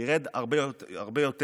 וזה ירד הרבה יותר.